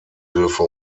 hilfe